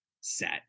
set